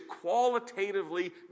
qualitatively